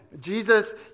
Jesus